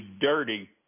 dirty